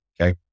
Okay